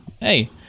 Hey